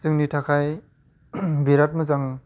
जोंनि थाखाय बिराथ मोजां